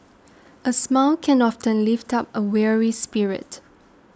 a smile can often lift up a weary spirit